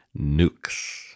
nukes